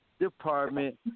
Department